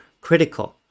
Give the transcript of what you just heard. critical